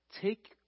take